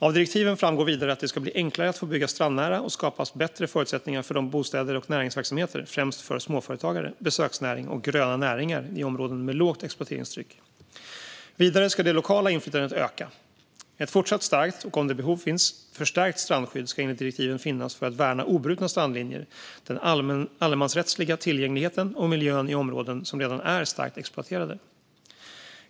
Av direktiven framgår vidare att det ska bli enklare att få bygga strandnära och skapas bättre förutsättningar för bostäder och näringsverksamhet främst för småföretagare, besöksnäring och gröna näringar i områden med lågt exploateringstryck. Vidare ska det lokala inflytandet öka. Ett fortsatt starkt och, om behov finns, förstärkt strandskydd ska enligt direktiven finnas för att värna obrutna strandlinjer, den allemansrättsliga tillgängligheten och miljön i områden som redan är starkt exploaterade.